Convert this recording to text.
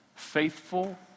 faithful